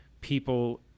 people